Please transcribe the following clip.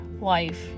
life